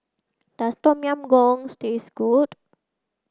does Tom Yam Goong taste good